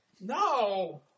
No